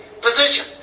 position